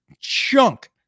Chunk